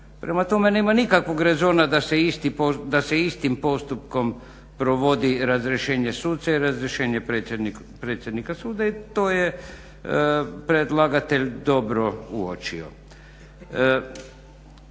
Prema tome nema nikakvog rezona da se istim postupkom provodi razrješenje suca i razrješenje predsjednika suda i to je predlagatelj dobro uočio.